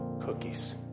cookies